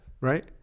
Right